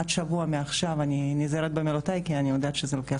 עד שבוע מעכשיו אני נזהרת במילותיי כי אני יודעת שזה לוקח